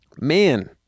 man